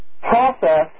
process